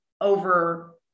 over